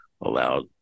allowed